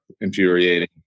infuriating